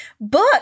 book